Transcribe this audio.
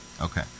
Okay